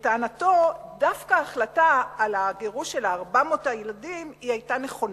ולטענתו דווקא ההחלטה על הגירוש של 400 הילדים היתה נכונה.